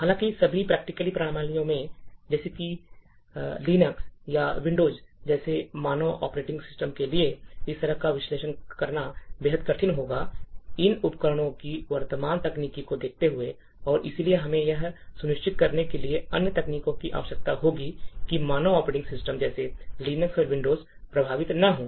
हालाँकि सभी प्रैक्टिकल प्रणालियों जैसे कि लिनक्स या विंडोज जैसे मानक ऑपरेटिंग सिस्टम के लिए इस तरह का विश्लेषण करना बेहद कठिन होगा इन उपकरणों की वर्तमान तकनीक को देखते हुए और इसलिए हमें यह सुनिश्चित करने के लिए अन्य तकनीकों की आवश्यकता होगी कि मानक ऑपरेटिंग सिस्टम जैसे लिनक्स और विंडोज प्रभावित न हों